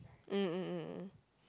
mm mm mm mm mm